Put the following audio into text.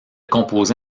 composé